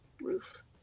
roof